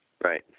Right